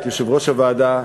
את יושב-ראש הוועדה,